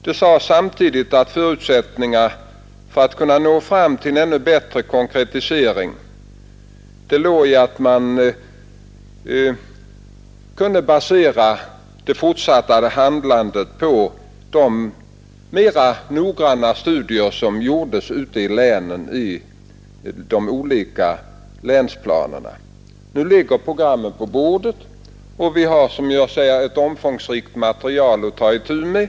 Det sades samtidigt att förutsättningarna för att kunna nå fram till en ännu bättre konkretisering låg i att man kunde basera det fortsatta handlandet på de mera noggranna studier som gjordes ute i länen i de olika länsplanerna. Nu ligger programmen på bordet, och vi har, som jag sade, ett omfångsrikt material att ta itu med.